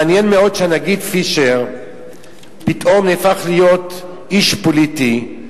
מעניין מאוד שהנגיד פישר פתאום נהפך להיות איש פוליטי.